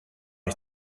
ich